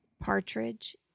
Partridge